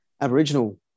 aboriginal